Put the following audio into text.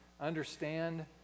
understand